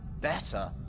Better